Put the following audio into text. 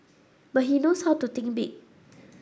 but he knows how to think big